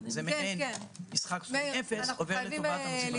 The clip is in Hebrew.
זה מעין משחק סכום אפס שעובר לטובתם.